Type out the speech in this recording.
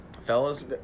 Fellas